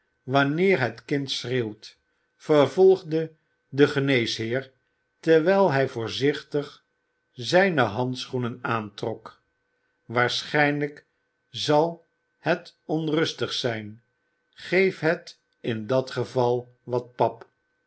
wanneer het kind schreeuwt vervolgde de geneesheer terwijl hij voorzichtig zijne handschoenen aantrok waarschijnlijk zal het onrustig zijn geef het in dat geval wat pap